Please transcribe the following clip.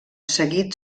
seguit